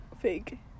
Fake